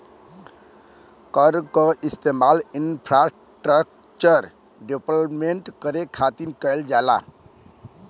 कर क इस्तेमाल इंफ्रास्ट्रक्चर डेवलपमेंट करे खातिर करल जाला